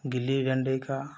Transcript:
गिल्ली डन्डे का